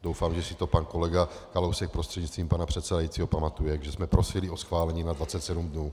Doufám, že si to pan kolega Kalousek prostřednictvím pana předsedajícího pamatuje, když jsme prosili o schválení na 27 dnů.